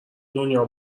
دنیا